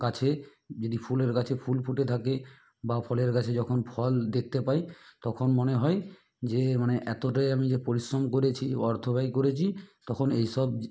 গাছে যদি ফুলের গাছে ফুল ফুটে থাকে বা ফলের গাছে যখন ফল দেখতে পাই তখন মনে হয় যে মানে এতোটাই আমি যে পরিশ্রম করেছি অর্থ ব্যয় করেছি তখন এই সব